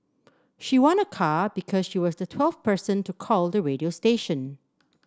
she won a car because she was the twelfth person to call the radio station